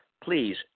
please